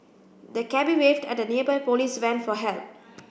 the cabby waved at a nearby police van for help